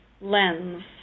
lens